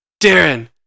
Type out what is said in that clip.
Darren